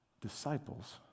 disciples